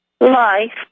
life